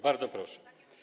Bardzo proszę.